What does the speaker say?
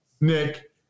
Nick